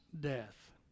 death